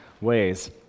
ways